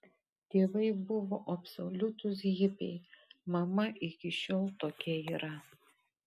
tėvai buvo absoliutūs hipiai mama iki šiol tokia yra